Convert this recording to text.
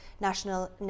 national